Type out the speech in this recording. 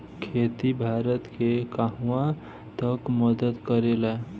खेती भारत के कहवा तक मदत करे ला?